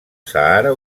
sàhara